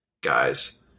guys